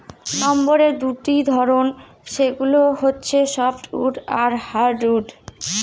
লাম্বারের দুটা ধরন, সেগুলো হচ্ছে সফ্টউড আর হার্ডউড